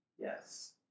Yes